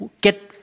get